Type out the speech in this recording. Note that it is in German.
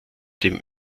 den